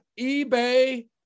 eBay